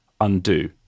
undo